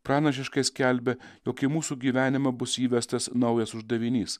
pranašiškai skelbia jog į mūsų gyvenimą bus įvestas naujas uždavinys